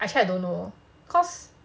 actually I don't know cause